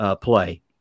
play